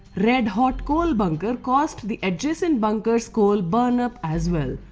red hot coal bunker caused the adjacent bunkers coal burn up as well.